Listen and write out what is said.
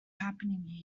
happening